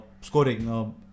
scoring